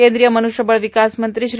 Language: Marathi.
केंद्रीय मन्रष्यबळ विकास मंत्री श्री